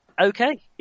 Okay